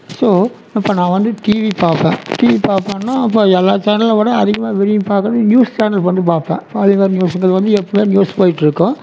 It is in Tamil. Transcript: ஸோ இப்போ நான் வந்து டிவி பார்ப்பேன் டிவி பார்ப்பேன்னா அப்போ எல்லா சேனலை விட அதிகமாக விரும்பி பார்க்குறது நியூஸ் சேனல் வந்து பார்ப்பேன் அது கொஞ்சம் வருடத்துக்கு முன்னாடி எப்போயாவது நியூஸ் போயிட்டு இருக்கும்